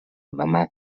mamà